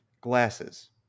glasses